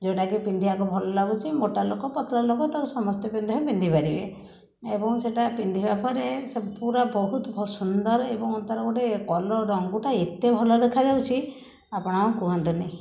ଯେଉଁଟାକି ପିନ୍ଧିବାକୁ ଭଲ ଲାଗୁଛି ମୋଟା ଲୋକ ପତଳା ଲୋକ ତାକୁ ସମସ୍ତେ ପିନ୍ଧିବେ ପିନ୍ଧିପାରିବେ ଏବଂ ସେଇଟା ପିନ୍ଧିବା ପରେ ସେ ପୁରା ବହୁତ ସୁନ୍ଦର ଏବଂ ତାର ଗୋଟେ କଲର ରଙ୍ଗୁଟା ଏତେ ଭଲ ଦେଖା ଯାଉଛି ଆପଣ କୁହନ୍ତୁନି